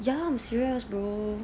ya I'm serious bro